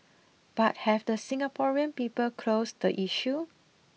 but have the Singaporean people closed the issue